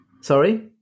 Sorry